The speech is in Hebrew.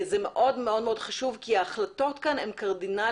זה מאוד מאוד חשוב כי ההחלטות כאן הן קרדינליות,